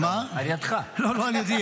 לא, לא על ידי.